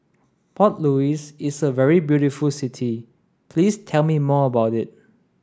Port Louis is a very beautiful city please tell me more about it